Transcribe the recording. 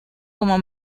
como